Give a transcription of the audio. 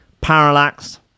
parallax